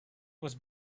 was